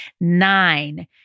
Nine